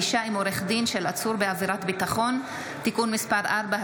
(פגישה עם עורך דין של עצור בעבירת ביטחון) (תיקון מס' 4),